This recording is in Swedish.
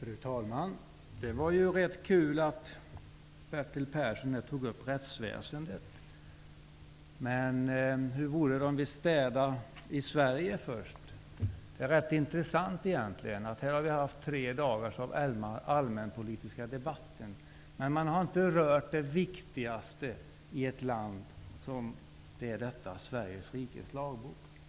Fru talman! Det var ju rätt kul att Bertil Persson tog upp rättsväsendet. Men hur vore det om vi städade i Sverige först? Det är rätt intressant egentligen att här har vi tre dagars allmänpolitisk debatt, men man har inte berört det viktigaste i detta land, Sveriges rikes lagbok.